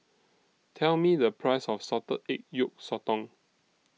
Tell Me The Price of Salted Egg Yolk Sotong